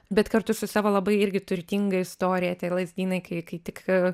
bet kartu su savo labai irgi turtinga istorija tai lazdynai kai kai tik